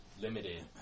limited